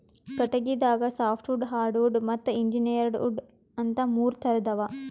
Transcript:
ಕಟಗಿದಾಗ softwood hardwood ಮತ್ತ್ engineered wood ಅಂತಾ ಮೂರ್ ಥರದ್ ಅವಾ